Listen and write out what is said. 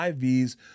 IV's